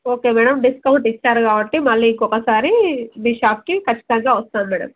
okay madam discount ఇచ్చారు కాబట్టి మళ్లీ ఇంకొకసారి మీ షాప్కి ఖచ్చితంగా వస్తాం మేడం